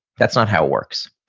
that's not how it works.